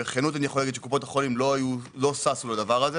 קופות החולים לא ששו לכך.